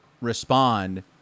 respond